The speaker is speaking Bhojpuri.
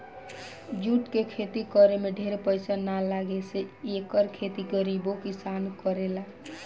जूट के खेती करे में ढेर पईसा ना लागे से एकर खेती गरीबो किसान करेला